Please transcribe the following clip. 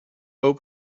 can